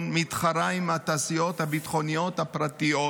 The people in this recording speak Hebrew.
מתחרה עם התעשיות הביטחוניות הפרטיות.